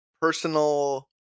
personal